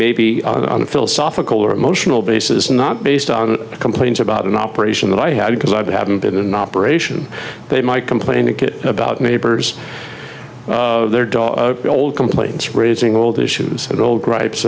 maybe on a philosophical or emotional basis not based on complaints about an operation that i had because i haven't been an operation they might complain and get about neighbors their dog old complaints raising old issues and old gripes